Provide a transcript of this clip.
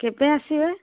କେବେ ଆସିବେ